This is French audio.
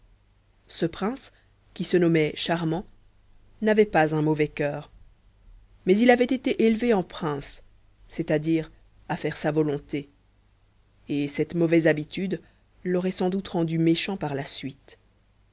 ce prince qui se nommait charmant n'avait pas un mauvais cœur mais il avait été élevé en prince c'est-à-dire à faire sa volonté et cette mauvaise habitude l'aurait sans doute rendu méchant par la suite